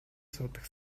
суудаг